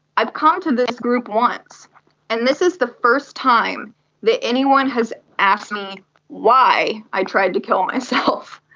i've come to this group once and this is the first time that anyone has asked me why i tried to kill myself.